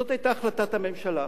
זאת היתה החלטת הממשלה.